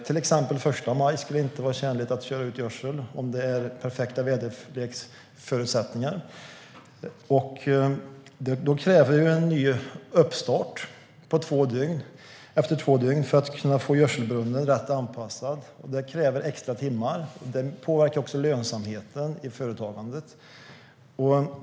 Det skulle till exempel inte vara tjänligt att köra ut gödsel första maj även om det är perfekta väderleksförutsättningar. Efter två dygn krävs en ny uppstart för att kunna få gödselbrunnen rätt anpassad, och det kräver extra timmar och påverkar också lönsamheten i företagandet.